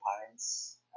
parents